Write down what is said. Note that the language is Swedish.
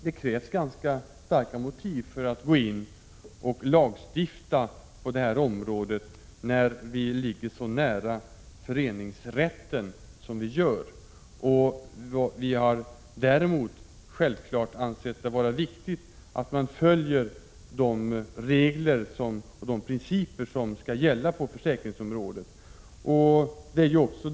Det krävs ganska starka motiv för att gå in och lagstifta på detta område som ligger så nära föreningsrätten. Vi har däremot självfallet ansett det vara viktigt att man följer de regler och principer som skall gälla på försäkringsområdet.